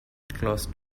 closed